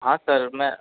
हाँ सर मैं